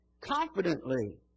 confidently